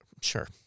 Sure